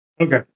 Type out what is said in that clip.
Okay